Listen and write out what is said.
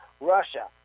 Russia